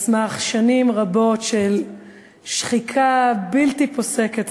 בגלל שנים רבות של שחיקה בלתי פוסקת,